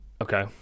Okay